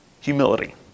humility